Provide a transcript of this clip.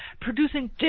producing